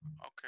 okay